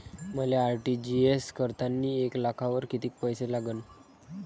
मले आर.टी.जी.एस करतांनी एक लाखावर कितीक पैसे लागन?